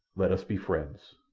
let us be friends.